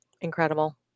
Incredible